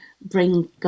bring